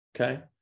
okay